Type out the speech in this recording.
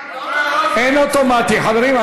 אין אוטומטי, חברים.